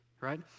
right